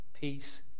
peace